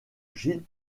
gilles